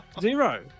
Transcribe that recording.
Zero